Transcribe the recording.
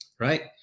Right